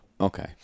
okay